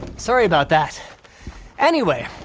sorry about that anyway,